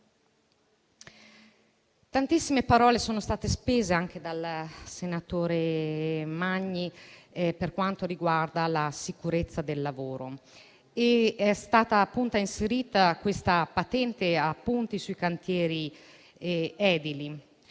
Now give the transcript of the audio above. Tantissime parole sono state spese, anche dal senatore Magni, per quanto riguarda la sicurezza del lavoro: è stata appunto inserita la patente a punti nei cantieri edili.